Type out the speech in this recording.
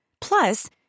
Plus